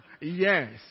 Yes